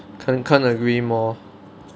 can't can't agree more